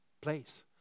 place